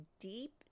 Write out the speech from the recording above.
deep